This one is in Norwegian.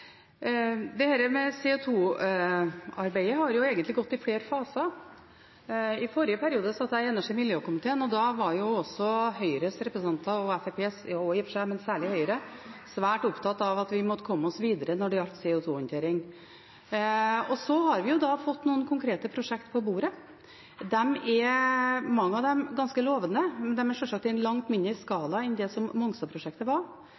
har egentlig gått i flere faser. I forrige periode satt jeg i energi- og miljøkomiteen, og da var Høyres og Fremskrittspartiets representanter – særlig Høyres – svært opptatt av at vi måtte komme oss videre når det gjaldt CO 2 -håndtering. Så har vi fått noen konkrete prosjekt på bordet. Mange av dem er ganske lovende, men de er sjølsagt i en langt mindre